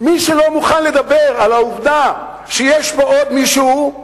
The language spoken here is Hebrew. מי שלא מוכן לדבר על העובדה שיש פה עוד מישהו,